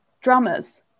drummers